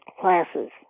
classes